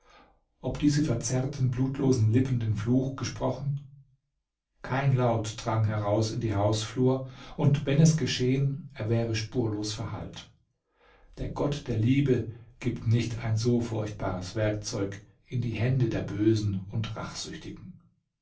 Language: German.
ob diese verzerrten blutlosen lippen den fluch gesprochen kein laut drang heraus in die hausflur und wenn es geschehen er wäre spurlos verhallt der gott der liebe gibt nicht ein so furchtbares werkzeug in die hände der bösen und rachsüchtigen